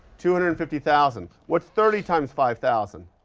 two hundred and fifty thousand. what's thirty times five thousand?